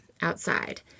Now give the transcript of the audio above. outside